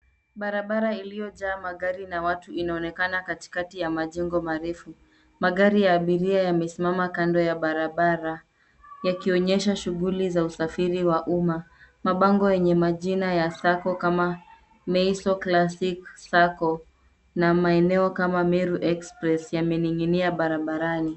Barabara iliyojaa magari na watu inaonekana katikati ya majengo marefu. Magari ya abiria yamesimama kando ya barabara yakionyesha shughuli za usafiri wa umma. Mabango yenye majina ya sacco kama Meiso Classic Sacco na maeneo kama Meru Express yamening'inia barabarani.